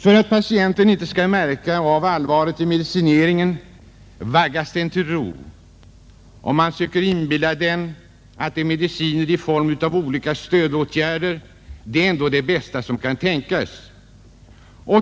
För att patienten inte skall märka allvaret i medicineringen vaggas han till ro och man försöker inbilla honom att medicin i form av olika s.k. stödåtgärder är det bästa som kan tänkas.